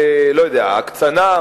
הקצנה,